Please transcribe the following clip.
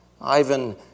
Ivan